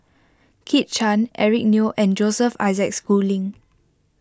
Kit Chan Eric Neo and Joseph Isaac Schooling